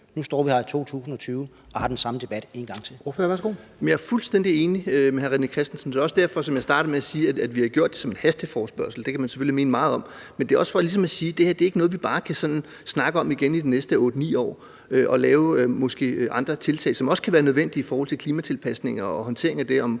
13:41 Formanden (Henrik Dam Kristensen): Ordføreren, værsgo. Kl. 13:41 Jacob Jensen (V): Jeg er fuldstændig enig med hr. René Christensen. Det er også derfor, som jeg startede med at sige, at vi har gjort det som en hasteforespørgsel. Det kan man selvfølgelig mene meget om, men det er også for ligesom at sige, at det her ikke er noget, vi bare sådan kan snakke om igen i de næste 8-9 år, altså lave måske andre tiltag, som også kan være nødvendige i forhold til klimatilpasninger og håndteringen af det –